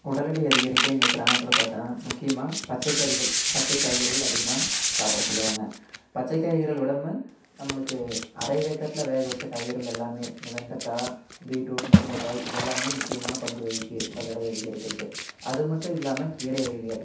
உடல் இடைய அதிகரிக்க எங்கள் கிராமத்தில் பார்த்தோன்னா முக்கியமாக பச்சை கறிகள் பச்சை காய்கறிகள் அதிகமா சாப்பிட சொல்லுவாங்க பச்சை காய்கறிகள் உடம்மு நம்மளுக்கு அரை வேக்காட்டில வேக வச்ச காய்கறிகள் எல்லாமே இந்த வெண்டக்காய் பீட்ரூட் முருங்கக்காய் இது எல்லாமே முக்கியமான பங்கு வகிக்கி உடல் இடைய அதிகரிக்கிறக்கு அது மட்டும் இல்லாமல் கீரை வகைகள்